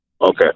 Okay